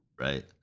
Right